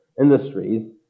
industries